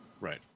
Right